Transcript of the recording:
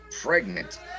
pregnant